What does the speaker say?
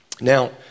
Now